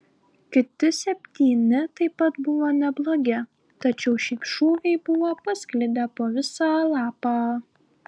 kiti septyni taip pat buvo neblogi tačiau šiaip šūviai buvo pasklidę po visą lapą